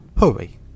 Hurry